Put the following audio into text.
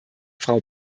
frau